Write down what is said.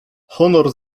honor